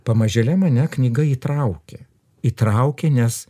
pamažėle mane knyga įtraukė įtraukė nes